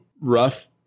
rough